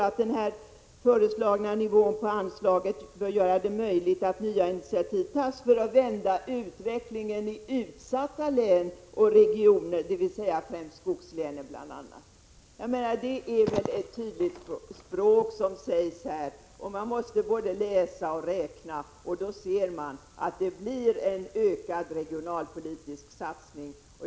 — att den föreslagna nivån på anslaget skall göra det möjligt att ta nya initiativ för att vända utvecklingen i utsatta län och regioner, dvs. bl.a. främst skogslänen. Jag menar att detta är uttryckt på ett tydligt språk. Man måste både läsa och räkna. Då ser man att det blir en ökad regionalpolitisk satsning.